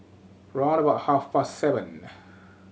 round about half past seven